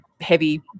heavy